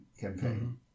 campaign